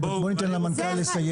בואי ניתן למנכ"ל לסיים.